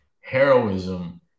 heroism